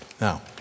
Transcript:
Now